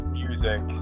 music